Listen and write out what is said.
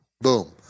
boom